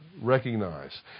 recognize